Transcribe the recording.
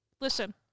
Listen